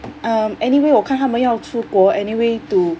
um anyway 我看他们要出国 anyway to